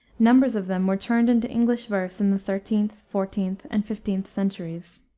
numbers of them were turned into english verse in the thirteenth, fourteenth, and fifteenth centuries.